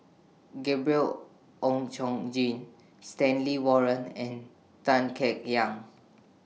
Gabriel Oon Chong Jin Stanley Warren and Tan Kek Hiang